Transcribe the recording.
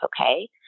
okay